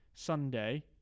Sunday